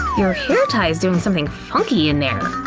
your hair tie is doing something funky in there.